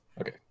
Okay